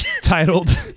titled